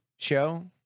show